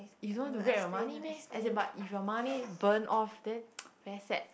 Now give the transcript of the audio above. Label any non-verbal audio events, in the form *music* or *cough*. you don't want to grab your money meh as in but if your money burn off then *noise* very sad